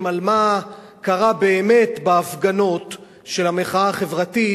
על מה שקרה באמת בהפגנות של המחאה החברתית,